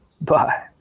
Bye